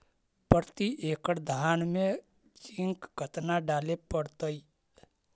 प्रती एकड़ धान मे जिंक कतना डाले पड़ताई?